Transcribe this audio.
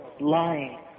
lying